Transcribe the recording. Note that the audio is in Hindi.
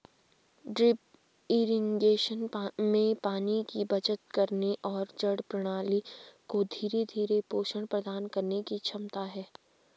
ड्रिप इरिगेशन में पानी की बचत करने और जड़ प्रणाली को धीरे धीरे पोषण प्रदान करने की क्षमता है